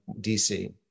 DC